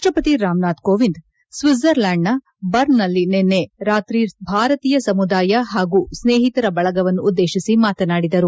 ರಾಷ್ಟಪತಿ ರಾಮನಾಥ್ ಕೋವಿಂದ್ ಶ್ವಿಡ್ಜರ್ಲ್ಯಾಂಡ್ನ ಬರ್ನ್ನಲ್ಲಿ ನಿನ್ನೆ ರಾತ್ರಿ ಭಾರತೀಯ ಸಮುದಾಯ ಹಾಗೂ ಸ್ನೇಹಿತರ ಬಳಗವನ್ನು ಉದ್ದೇಶಿಸಿ ಮಾತನಾಡಿದರು